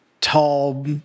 tall